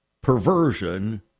perversion